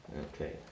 Okay